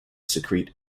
secrete